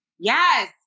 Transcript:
Yes